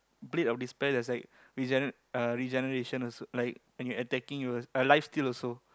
blade of despair that's like regene~ uh regeneration also like when you attacking you uh life steal also